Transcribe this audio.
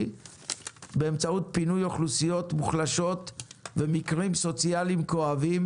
באמצעות פינוי אוכלוסיות מוחלשות ומקרים סוציאליים כואבים